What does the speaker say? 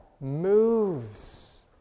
moves